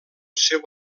seu